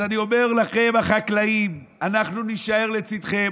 אז אני אומר לכם, החקלאים, אנחנו נישאר לצידכם.